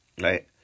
Right